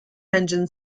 engine